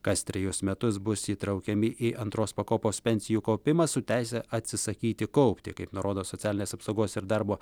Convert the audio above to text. kas trejus metus bus įtraukiami į antros pakopos pensijų kaupimą su teise atsisakyti kaupti kaip nurodo socialinės apsaugos ir darbo